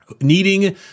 needing